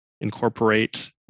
incorporate